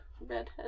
redhead